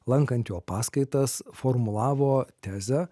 lankant jo paskaitas formulavo tezę